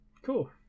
cool